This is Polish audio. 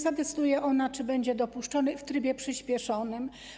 Zadecyduje ona, czy będzie dopuszczony w trybie przyspieszonym.